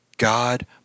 God